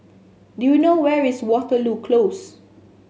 do you know where is Waterloo Close